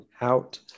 out